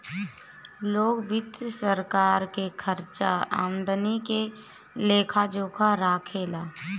लोक वित्त सरकार के खर्चा आमदनी के लेखा जोखा राखे ला